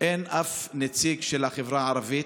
אין אף נציג של החברה הערבית,